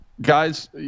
Guys